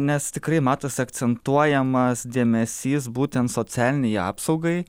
nes tikrai matosi akcentuojamas dėmesys būtent socialinei apsaugai